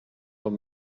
són